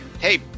hey